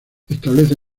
establece